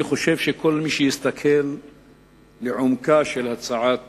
אני חושב שכל מי שיסתכל לעומקה של הצעת